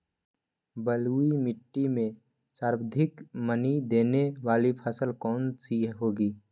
बलुई मिट्टी में सर्वाधिक मनी देने वाली फसल कौन सी होंगी?